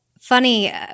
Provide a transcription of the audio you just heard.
funny